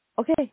Okay